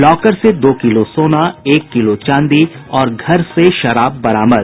locker से दो किलो सोना एक किलो चांदी और घर से शराब बरामद